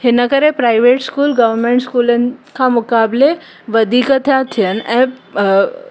हिन करे private school government स्कूलनि खां मुक़ाबिले वधीक था थियनि ऐं